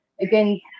again